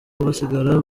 basigara